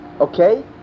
okay